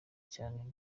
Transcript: cyane